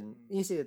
mm